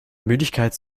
müdigkeit